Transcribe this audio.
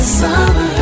summer